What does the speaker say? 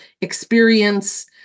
experience